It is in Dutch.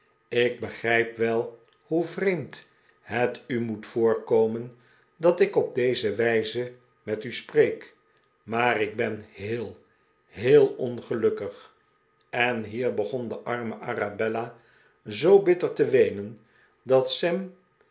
ik begrijp wel hoe vreemd het u moet voorkomen dat ik op deze wijze met u spreekj maar ik ben heel heel ongelukkig en hier begon de arme arabella zoo bitter te weenen dat sam